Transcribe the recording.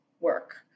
work